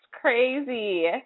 crazy